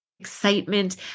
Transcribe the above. excitement